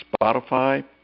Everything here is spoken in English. Spotify